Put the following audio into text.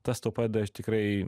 tas tau padeda tikrai